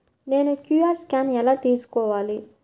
నేను QR scan ఎలా తీసుకోవాలి?